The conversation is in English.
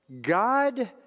God